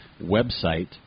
website